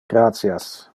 gratias